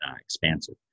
expansive